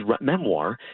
memoir